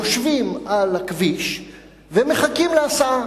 יושבים על הכביש ומחכים להסעה.